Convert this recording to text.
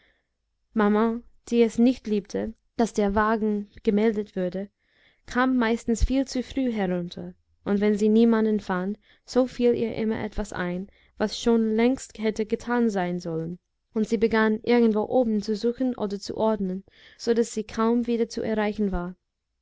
maman die es nicht liebte daß der wagen gemeldet wurde kam meistens viel zu früh herunter und wenn sie niemanden fand so fiel ihr immer etwas ein was schon längst hätte getan sein sollen und sie begann irgendwo oben zu suchen oder zu ordnen so daß sie kaum wieder zu erreichen war